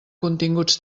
continguts